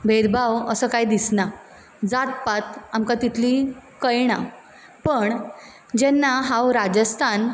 भेदभाव असो काय दिसना जातपात आमकां तितली कळना पण जेन्ना हांव राजस्थान